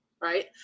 right